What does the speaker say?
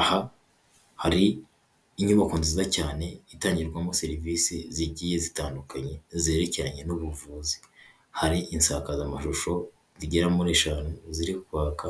Aha hari inyubako nziza cyane itangirwamo serivisi zigiye zitandukanye zerekeranye n'ubuvuzi, hari insakazamashusho rigera muri eshanu ziri kwaka